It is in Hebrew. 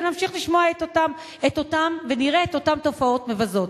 ונמשיך לשמוע ונראה את אותן תופעות מבזות.